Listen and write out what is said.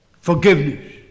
Forgiveness